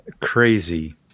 crazy